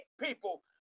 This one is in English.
people